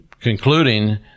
concluding